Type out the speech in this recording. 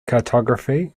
cartography